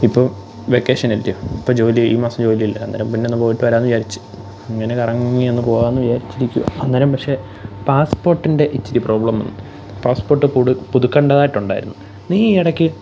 ഇപ്പം വെക്കേഷനല്ലിയോ ഇപ്പം ജോലി ഈ മാസം ജോലിയില്ല അന്നേരം പിന്നെയൊന്ന് പോയിട്ട് വരാമെന്ന് വിചാരിച്ച് അങ്ങനെ കറങ്ങി ഒന്ന് പോവാമെന്ന് വിചാരിച്ച് ഇരിക്കുകയാ അന്നേരം പക്ഷേ പാസ്പോട്ടിൻ്റെ ഇച്ചിരി പ്രോബ്ലം വന്നു പാസ്പോട്ട് പുതുക്കേണ്ടതായിട്ടുണ്ടായിരുന്നു നീ ഈ ഇടയ്ക്ക്